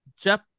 Jeff